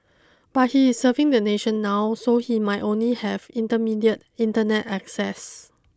but he is serving the nation now so he might only have intermediate internet access